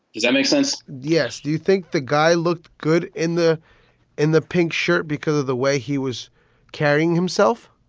does that make sense? yes. do you think the guy looked good in the in the pink shirt because of the way he was carrying himself?